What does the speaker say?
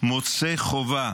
מוצא חובה